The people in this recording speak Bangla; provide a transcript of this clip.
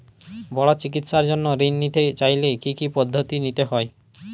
বড় চিকিৎসার জন্য ঋণ নিতে চাইলে কী কী পদ্ধতি নিতে হয়?